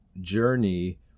journey